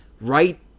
right